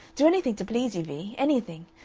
do anything to please you, vee. anything.